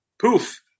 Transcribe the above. poof